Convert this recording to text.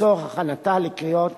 לצורך הכנתה לקריאות